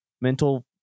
mental